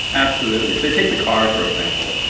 absolutely. so take the car, for example.